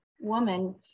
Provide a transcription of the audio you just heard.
woman